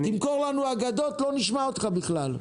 תמכור לנו אגדות לא נשמע אותך בכלל.